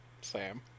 Sam